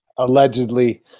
Allegedly